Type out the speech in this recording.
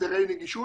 הסדרי נגישות,